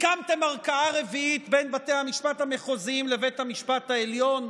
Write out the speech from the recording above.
הקמתם ערכאה רביעית בין בתי המשפט המחוזיים לבית המשפט העליון?